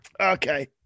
Okay